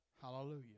Hallelujah